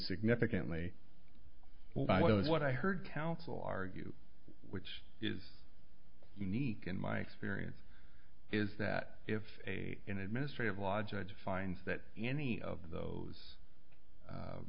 significantly by what i heard council argue which is unique in my experience is that if a in administrative law judge finds that any of those